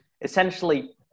essentially